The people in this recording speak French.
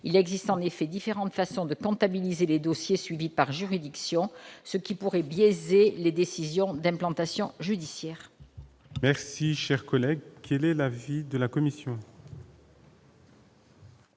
Il existe en effet différentes façons de comptabiliser les dossiers suivis par juridiction, ce qui pourrait biaiser les décisions d'implantation judiciaire. Quel est l'avis de la commission ?